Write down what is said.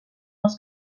els